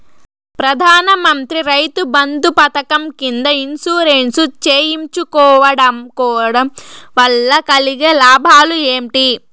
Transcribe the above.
ప్రధాన మంత్రి రైతు బంధు పథకం కింద ఇన్సూరెన్సు చేయించుకోవడం కోవడం వల్ల కలిగే లాభాలు ఏంటి?